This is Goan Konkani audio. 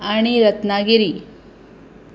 आनी रत्नागिरी